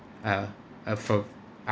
uh uh f~ ah